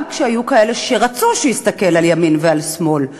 גם כשהיו כאלה שרצו שיסתכל על ימין ועל שמאל,